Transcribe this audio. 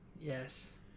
Yes